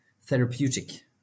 therapeutic